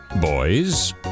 boys